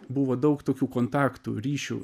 buvo daug tokių kontaktų ryšių